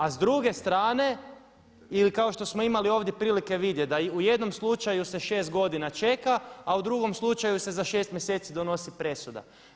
A s druge strane, ili kao što smo imali ovdje prilike vidjeti da i u jednom slučaju se 6 godina čeka a u drugom slučaju se za 6 mjeseci donosi presuda.